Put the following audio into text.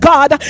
God